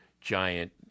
giant